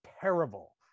terrible